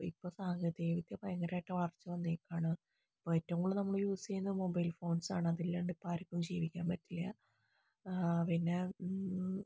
ഇപ്പോൾ ഇപ്പോൾ സാങ്കേതി വിദ്യ ഭയങ്കരമായിട്ട് വളർച്ച വന്നേക്കുവാണ് ഏറ്റവും കൂടുതൽ നമ്മൾ യൂസ് ചെയ്യുന്നത് മൊബൈൽ ഫോൺസാണ് അതില്ലാണ്ട് ആർക്കും ഇപ്പോൾ ജീവിക്കാൻ പറ്റില്ല പിന്നെ